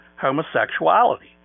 homosexuality